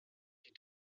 die